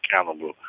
accountable